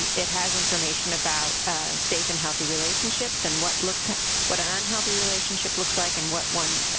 and it has information about safe and healthy relationships and what looks what an unhealthy relationship looks like, and what one.